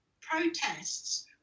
protests